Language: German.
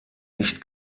nicht